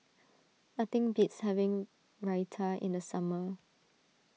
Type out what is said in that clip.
nothing beats having Raita in the summer